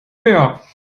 mehr